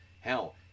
hell